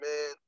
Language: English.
man